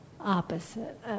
opposite